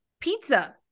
pizza